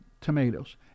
tomatoes